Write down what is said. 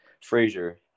Frazier